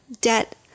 debt